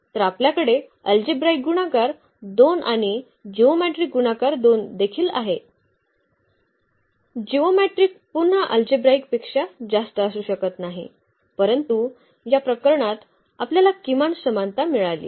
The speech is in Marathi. तर आपल्याकडे अल्जेब्राईक गुणाकार 2 आणि जिओमेट्रीक गुणाकार 2 देखील आहे जिओमेट्रीक पुन्हा अल्जेब्राईक पेक्षा जास्त असू शकत नाही परंतु या प्रकरणात आपल्याला किमान समानता मिळाली